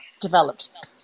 developed